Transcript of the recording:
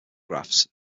graphs